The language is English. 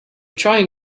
trying